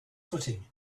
footing